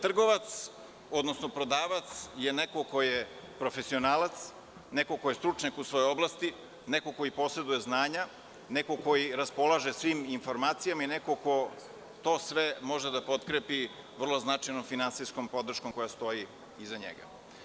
Trgovac, odnosno prodavac je neko ko je profesionalac, ko je stručnjak u svojoj oblasti, neko ko poseduje znanja, ko raspolaže svim informacijama i neko ko to sve može da potkrepi vrlo značajnom finansijskom podrškom koja stoji iza njega.